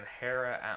Hera